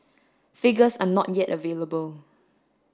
figures are not yet available